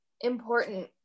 important